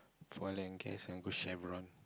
fall in case and go Cameron